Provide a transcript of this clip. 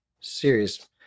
serious